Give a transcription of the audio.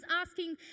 asking